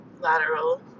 lateral